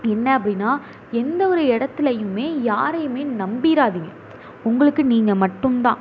என்ன அப்படின்னா எந்தவொரு இடத்துலயுமே யாரையுமே நம்பிவிடாதீங்க உங்களுக்கு நீங்கள் மட்டுந்தான்